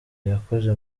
yakoze